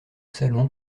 salon